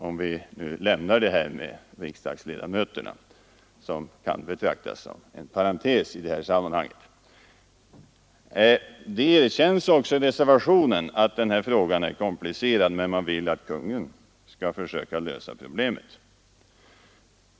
Jag lämnar här resonemanget om riksdagsledamöterna, som kan betraktas som en parentes i sammanhanget. Det erkänns också i reservationen att frågan är komplicerad, men reservanterna vill att Kungl. Maj:t skall försöka lösa problemet.